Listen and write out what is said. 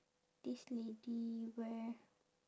this lady wear